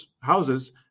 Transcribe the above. houses